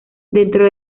dentro